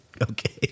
okay